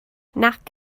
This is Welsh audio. nac